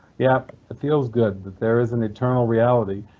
yeah, it feels good that there is an eternal reality,